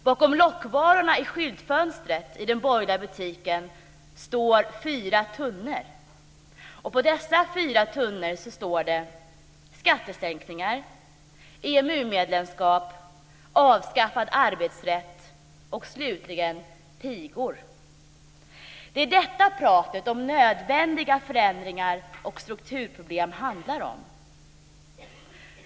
Bakom lockvarorna i skyltfönstret i den borgerliga butiken står fyra tunnor, och på dem står det: "Skattesänkningar", "EMU-medlemskap", "Avskaffad arbetsrätt" och slutligen "Pigor". Det är detta som pratet om nödvändiga förändringar och strukturproblem handlar om.